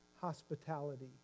hospitality